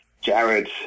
Jared